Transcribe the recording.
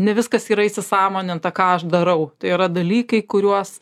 ne viskas yra įsisąmoninta ką aš darau tai yra dalykai kuriuos